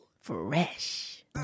Fresh